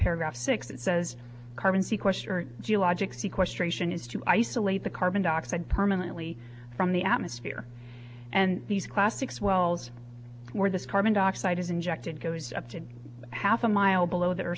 paragraph six it says carbon c question or geologic seaquest ration is to isolate the carbon dioxide permanently from the atmosphere and these classic swells where this carbon dioxide is injected goes up to half a mile below the